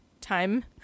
time